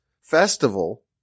festival